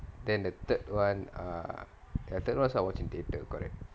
then the third one err the third watch I watch in theatre correct